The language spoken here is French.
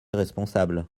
responsable